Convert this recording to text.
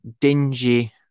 dingy